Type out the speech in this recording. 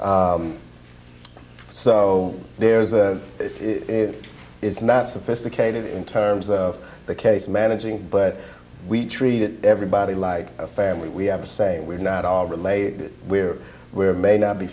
so there is a it is not sophisticated in terms of the case managing but we treated everybody like a family we have a saying we're not all related we're we're may not be